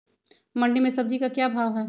मंडी में सब्जी का क्या भाव हैँ?